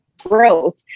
growth